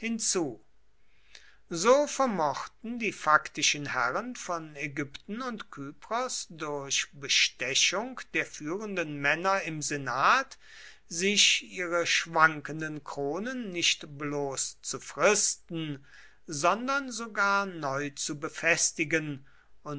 so vermochten die faktischen herren von ägypten und kypros durch bestechung der führenden männer im senat sich ihre schwankenden kronen nicht bloß zu fristen sondern sogar neu zu befestigen